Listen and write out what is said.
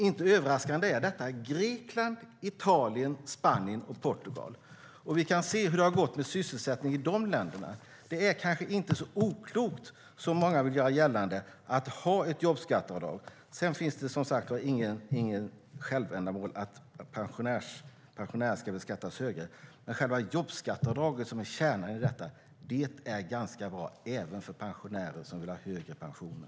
Inte överraskande är det Grekland, Italien, Spanien och Portugal. Vi kan se hur det har gått med sysselsättningen i de länderna. Det är kanske inte så oklokt som många vill göra gällande att ha ett jobbskatteavdrag. Sedan är det som sagt inget självändamål att pensionärer ska beskattas högre. Men själva jobbskatteavdraget, som är kärnan i detta, är ganska bra även för pensionärer som vill ha högre pensioner.